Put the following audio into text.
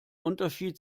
unterschied